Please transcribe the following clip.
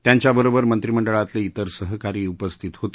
त्यांच्याबरोबर मंत्रिमंडळातले त्रि सहकारीही उपस्थित होते